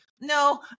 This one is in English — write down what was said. no